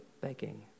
begging